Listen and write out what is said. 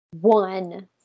One